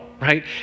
right